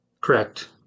Correct